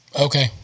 Okay